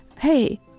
hey